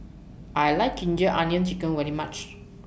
I like Ginger Onions Chicken very much